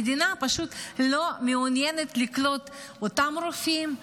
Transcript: המדינה פשוט לא מעוניינת לקלוט את אותם רופאים,